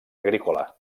agrícola